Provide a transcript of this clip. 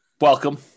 welcome